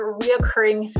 reoccurring